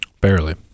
Barely